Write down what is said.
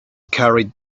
carried